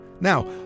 Now